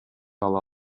ала